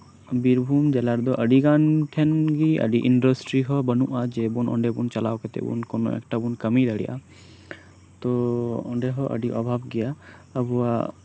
ᱵᱤᱨᱵᱷᱩᱢ ᱡᱮᱞᱟ ᱨᱮᱫᱚ ᱟᱹᱰᱤᱜᱟᱱ ᱴᱷᱮᱱᱜᱮ ᱟᱹᱰᱤ ᱤᱱᱰᱨᱟᱥᱴᱨᱤ ᱦᱚᱸ ᱵᱟᱹᱱᱩᱜᱼᱟ ᱡᱮᱵᱚᱱ ᱚᱸᱰᱮᱵᱚᱱ ᱪᱟᱞᱟᱣ ᱠᱟᱛᱮᱫ ᱵᱚᱱ ᱠᱚᱱᱚ ᱮᱠᱴᱟᱵᱚᱱ ᱠᱟᱹᱢᱤ ᱫᱟᱲᱮᱭᱟᱜᱼᱟ ᱛᱚ ᱚᱸᱰᱮᱦᱚ ᱟᱹᱰᱤ ᱚᱵᱷᱟᱵ ᱜᱮᱭᱟ ᱟᱵᱚᱣᱟᱜ